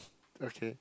okay